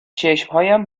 چشمهایم